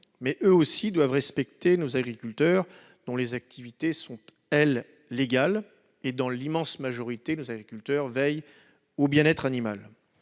mais eux doivent respecter nos agriculteurs, dont les activités sont, elles, légales. Dans leur immense majorité, nos agriculteurs veillent au bien-être animal.